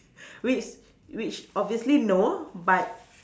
which which obviously no but